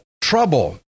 trouble